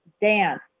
dance